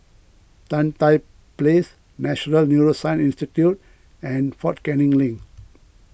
Tan Tye Place National Neuroscience Institute and fort Canning Link